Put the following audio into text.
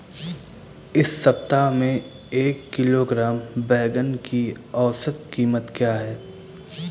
इस सप्ताह में एक किलोग्राम बैंगन की औसत क़ीमत क्या है?